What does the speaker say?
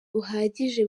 buhagije